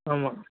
ஆமா